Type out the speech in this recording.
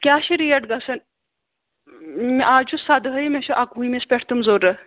کیٛاہ چھِ ریٹ گژھان اَز چھُ سدٲہِم مےٚ چھُ اَکوُہمِس پٮ۪ٹھ تِم ضروٗرت